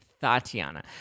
Tatiana